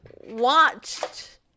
watched